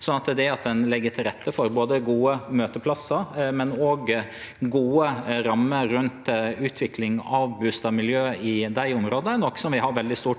Det at ein legg til rette for både gode møteplassar og gode rammer rundt utvikling av bustadmiljø i dei områda, er noko vi har veldig stort